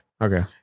Okay